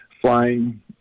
flying